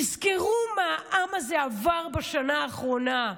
תזכרו מה העם הזה עבר בשנה האחרונה.